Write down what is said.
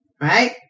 right